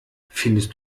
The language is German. findest